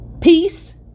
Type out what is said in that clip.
Peace